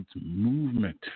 movement